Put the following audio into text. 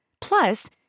Plus